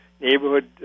neighborhood